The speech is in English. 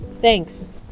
thanks